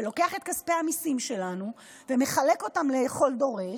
לוקח את כספי המיסים שלנו ומחלק אותם לכל דורש.